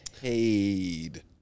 paid